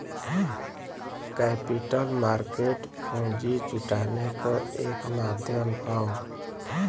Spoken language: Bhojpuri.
कैपिटल मार्केट पूंजी जुटाने क एक माध्यम हौ